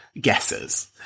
guesses